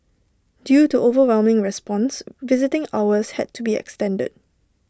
due to overwhelming response visiting hours had to be extended